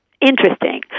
interesting